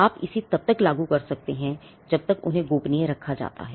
आप इसे तब तक लागू कर सकते हैं जब तक उन्हें गोपनीय रखा जाता है